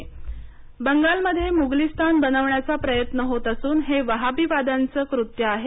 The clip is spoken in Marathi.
रिझवी बंगालमध्ये मुगलीस्तान बनवण्याचा प्रयत्न होत असूनहे वहाबीवाद्यांचे कृत्य आहे